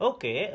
Okay